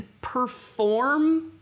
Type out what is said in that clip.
perform